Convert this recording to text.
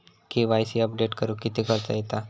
KYC update करुक किती खर्च येता?